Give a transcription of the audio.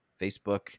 Facebook